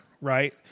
right